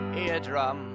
eardrum